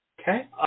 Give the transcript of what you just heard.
Okay